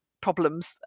problems